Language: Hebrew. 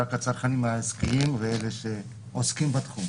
רק הצרכנים העסקיים ואלה שעוסקים בתחום,